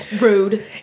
Rude